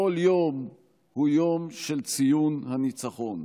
כל יום הוא יום של ציון הניצחון.